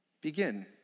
Begin